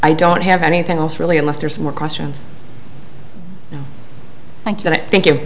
i don't have anything else really unless there's more questions thank you nic thank you